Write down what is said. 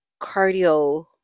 cardio